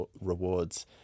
rewards